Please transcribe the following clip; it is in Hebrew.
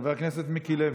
חבר הכנסת מיקי לוי,